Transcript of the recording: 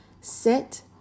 Sit